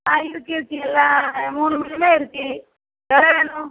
ஆ இருக்குது இருக்குது எல்லா மூணு மீனுமே இருக்குது எது வேணும்